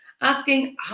asking